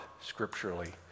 scripturally